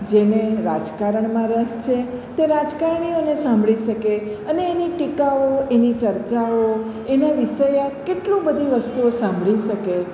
જેને રાજકારણમાં રસ છે તે રાજકારણીઓને સાંભળી શકે અને એની ટીકાઓ એની ચર્ચાઓ એના વિષયક કેટલી બધી વસ્તુઓ સાંભળી શકે